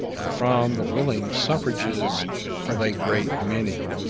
but from the willing suffrages of a great many.